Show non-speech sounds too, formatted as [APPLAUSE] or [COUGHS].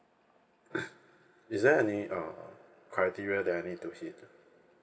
[COUGHS] is there any uh criteria that I need to hit